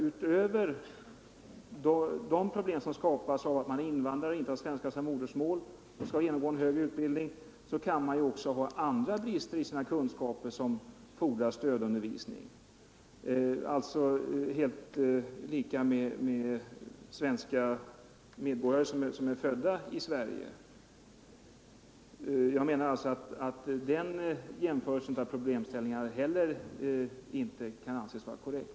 Utöver de problem i samband med högre undervisning som skapas av att man är invandrare och inte har svenska som sitt modersmål kan man också ha andra brister i sina kunskaper som fordrar stödundervisning, dvs. samma problem som svenska medborgare födda i Sverige. Jag menar alltså att den jämförelsen av problemställningarna inte heller kan anses vara korrekt.